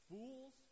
Fools